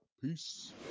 peace